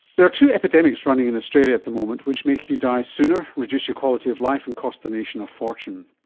there are two epidemics running in australia at the moment which make you die sooner, reduce your quality of life and cost the nation a fortune.